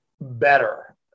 better